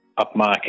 upmarket